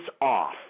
off